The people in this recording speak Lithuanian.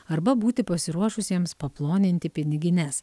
arba būti pasiruošusiems paploninti pinigines